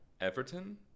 Everton